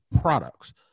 products